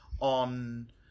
on